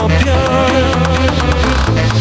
pure